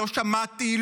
לא שמעתי,